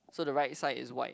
so the right side is white